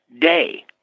day